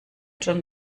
schon